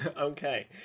Okay